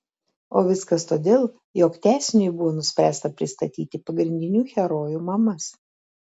o viskas todėl jog tęsiniui buvo nuspręsta pristatyti pagrindinių herojų mamas